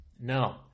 No